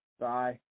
Bye